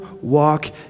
walk